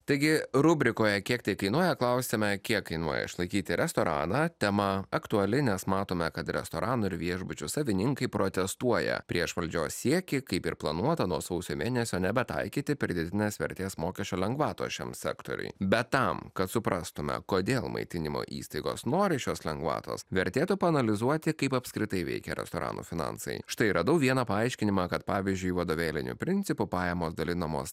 taigi rubrikoje kiek tai kainuoja klausiame kiek kainuoja išlaikyti restoraną tema aktuali nes matome kad restorano ir viešbučio savininkai protestuoja prieš valdžios siekį kaip ir planuota nuo sausio mėnesio nebetaikyti pridėtinės vertės mokesčio lengvatos šiam sektoriui bet tam kad suprastumėme kodėl maitinimo įstaigos nori šios lengvatos vertėtų paanalizuoti kaip apskritai veikia restorano finansai štai radau vieną paaiškinimą kad pavyzdžiui vadovėlinio principo pajamos dalinamos